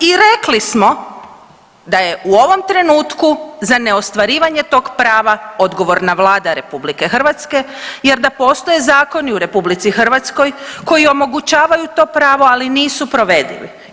I rekli smo da je u ovom trenutku za neostvarivanje tog prava odgovorna Vlada RH jer da postoje zakoni u RH koji omogućavaju to pravo, ali nisu provedivi.